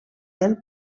del